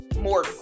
more